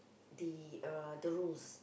the uh the rules